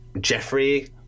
Jeffrey